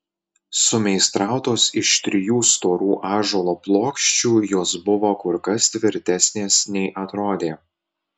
sumeistrautos iš trijų storų ąžuolo plokščių jos buvo kur kas tvirtesnės nei atrodė